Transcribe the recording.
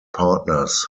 partners